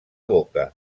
boca